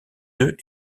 œufs